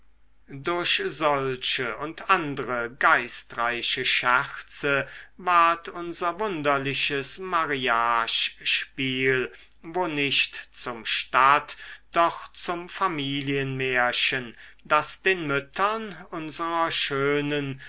durch solche und andre geistreiche scherze ward unser wunderliches mariagespiel wo nicht zum stadt doch zum familienmärchen das den müttern unserer schönen